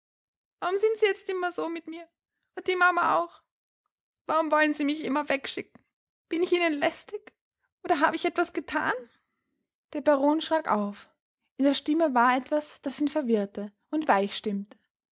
warum sind sie jetzt immer so mit mir und die mama auch warum wollen sie mich immer wegschicken bin ich ihnen lästig oder habe ich etwas getan der baron schrak auf in der stimme war etwas das ihn verwirrte und weich